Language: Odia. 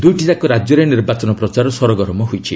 ଦୁଇଟିଯାକ ରାଜ୍ୟରେ ନିର୍ବାଚନ ପ୍ରଚାର ସରଗରମ ହୋଇଛି